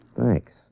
Thanks